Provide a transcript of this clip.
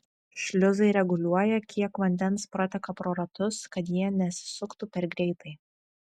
šliuzai reguliuoja kiek vandens prateka pro ratus kad jie nesisuktų per greitai